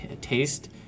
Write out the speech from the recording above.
taste